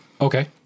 Okay